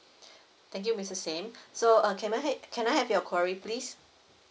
thank you mister sim so err can I can I have your query please